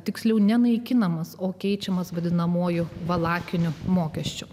tiksliau ne naikinamas o keičiamas vadinamuoju valakinio mokesčio